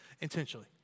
intentionally